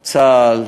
צה"ל,